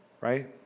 right